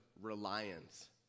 reliance